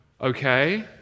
Okay